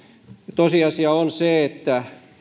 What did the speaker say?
tosiasia on se että